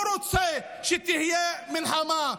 הוא רוצה שתהיה מלחמה.